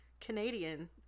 Canadian